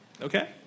Okay